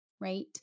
right